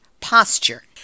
Posture